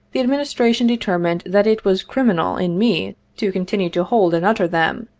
the adminis tration determined that it was criminal in me to continue to hold and utter them,